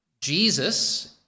Jesus